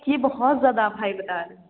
یہ بہت زیادہ آپ ہائی بتا رہی ہیں